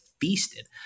feasted